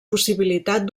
possibilitat